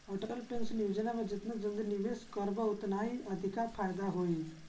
Atal pension योजना में जेतना जल्दी निवेश करबअ ओतने अधिका फायदा होई